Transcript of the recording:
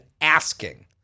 asking